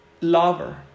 lover